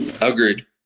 Agreed